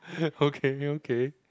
okay okay